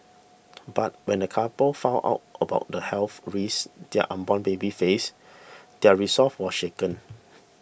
but when the couple found out about the health risks their unborn baby faced their resolve was shaken